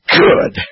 good